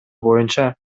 боюнча